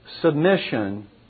submission